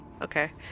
Okay